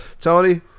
Tony